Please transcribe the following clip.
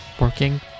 working